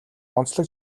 онцлог